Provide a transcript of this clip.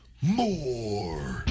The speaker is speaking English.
more